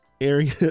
area